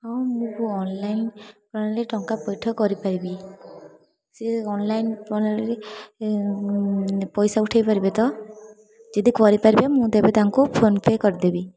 ହଁ ମୁଁ ବି ଅନଲାଇନ୍ରେ ଟଙ୍କା ପଇଠ କରିପାରିବି ସିଏ ଅନଲାଇନ୍ ପ୍ରଣାଳୀରେ ପଇସା ଉଠେଇ ପାରିବେ ତ ଯଦି କରିପାରିବେ ମୁଁ ତେବେ ତାଙ୍କୁ ଫୋନ୍ପେ କରିଦେବି